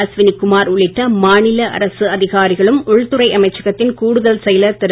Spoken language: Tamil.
அஸ்வினி குமார் உள்ளிட்ட மாநில அரசு அதிகாரிகளும் உள்துறை அமைச்சகத்தின் கூடுதல் செயலர் திரு